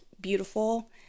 beautiful